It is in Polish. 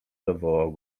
zawołał